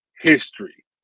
history